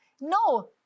No